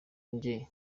njye